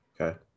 okay